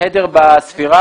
סדר בספירה